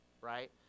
right